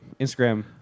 Instagram